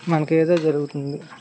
మనకి ఏదో జరుగుతుంది